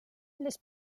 les